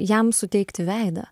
jam suteikti veidą